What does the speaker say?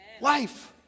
Life